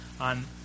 on